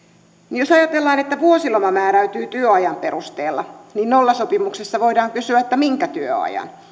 jos ajatellaan että vuosiloma määräytyy työajan perusteella niin nollasopimuksessa voidaan kysyä että minkä työajan